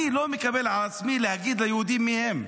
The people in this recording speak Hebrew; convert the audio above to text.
אני לא מקבל על עצמי להגיד ליהודים מיהם,